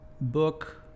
book